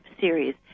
series